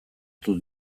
dut